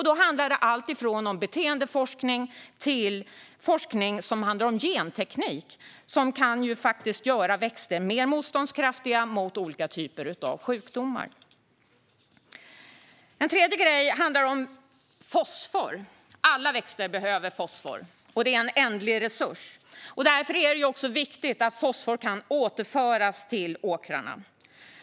Det handlar om alltifrån beteendeforskning till forskning om genteknik som kan göra växter mer motståndskraftiga mot olika typer av sjukdomar. En tredje grej handlar om fosfor. Alla växter behöver fosfor, som är en ändlig resurs. Därför är det viktigt att fosfor kan återföras till åkrarna.